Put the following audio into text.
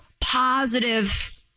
positive